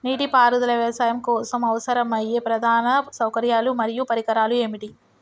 నీటిపారుదల వ్యవసాయం కోసం అవసరమయ్యే ప్రధాన సౌకర్యాలు మరియు పరికరాలు ఏమిటి?